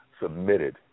submitted